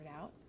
out